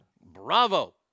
Bravo